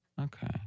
Okay